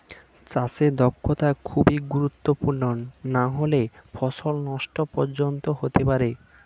চাষে দক্ষতা খুবই গুরুত্বপূর্ণ নাহলে ফসল নষ্ট পর্যন্ত হতে পারে